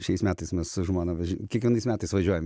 šiais metais mes su žmona kiekvienais metais važiuojam